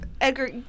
Edgar